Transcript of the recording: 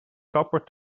kapper